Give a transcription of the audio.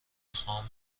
خام